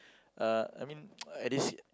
uh I mean at this